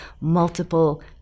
multiple